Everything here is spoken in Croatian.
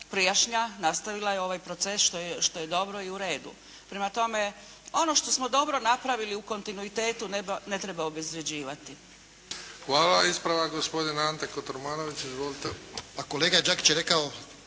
prijašnja nastavila je ovaj proces što je dobro i u redu. Prema tome ono što smo dobro napravili u kontinuitetu ne treba obezvređivati. **Bebić, Luka (HDZ)** Hvala. Ispravak gospodin Ante Kotromanović. Izvolite. **Kotromanović, Ante